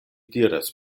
diras